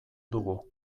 dugu